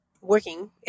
working